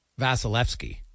Vasilevsky